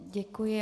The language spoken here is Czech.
Děkuji.